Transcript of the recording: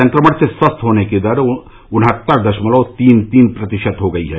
संक्रमण से स्वस्थ होने की दर उन्हत्तर दशमलव तीन तीन प्रतिशत हो गई है